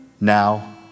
now